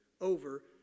over